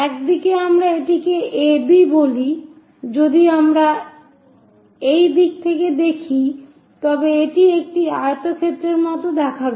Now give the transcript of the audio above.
একদিকে আমরা এটিকে A B বলি যদি আমরা এই দিক থেকে দেখি তবে এটি একটি আয়তক্ষেত্রের মতো দেখাবে